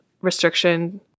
restriction